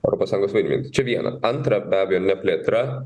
europos sąjungos vaidmenį tai čia viena antra be abejo neplėtra